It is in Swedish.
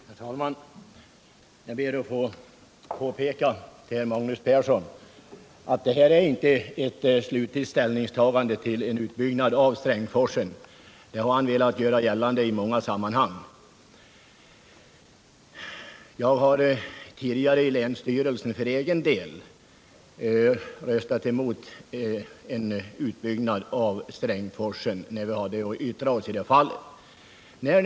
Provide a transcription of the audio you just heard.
Herr talman! Jag ber att få påpeka för Magnus Persson att detta inte är ett slutgiltigt ställningstagande till en utbyggnad av Strängsforsen — det har han velat göra gällande i många sammanhang. Jag har tidigare i länsstyrelsen för egen del röstat emot en utbyggnad av Strängsforsen, när vi haft att yttra oss därom.